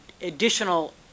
additional